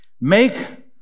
make